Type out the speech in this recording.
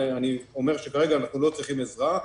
ואני אומר שכרגע אנחנו לא צריכים עזרה,